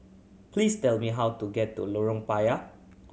please tell me how to get to Lorong Payah